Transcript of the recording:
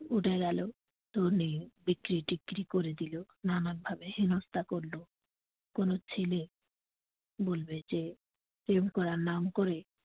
উঠে গেলো তো নিয়ে বিক্রি টিক্রি করে দিলো নানানভাবে হেনস্থা করলো কোনো ছেলে বলবে যে প্রেম করার নাম করে